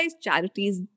charities